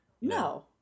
No